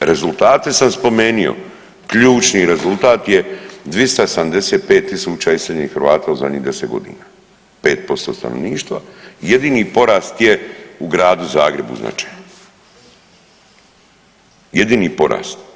A rezultate sam spomenuo, ključni rezultat je 275.000 iseljenih Hrvata u zadnjih 10 godina, 5% stanovništva, jedini porast je u gradu Zagrebu značajan, jedini porast.